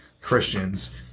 Christians